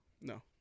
No